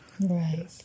Right